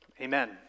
Amen